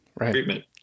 treatment